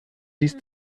liest